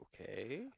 Okay